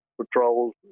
patrols